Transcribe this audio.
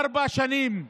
ארבע שנים,